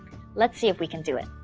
let's see if we can do it